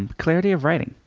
and clarity of writing.